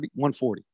140